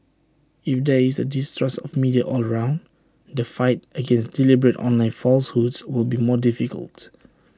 if there is A distrust of the media all around the fight against deliberate online falsehoods will be more difficult